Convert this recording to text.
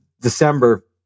December